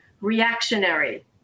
reactionary